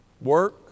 work